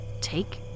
take